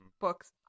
books